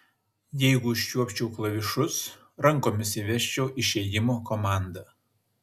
jeigu užčiuopčiau klavišus rankomis įvesčiau išėjimo komandą